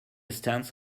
stance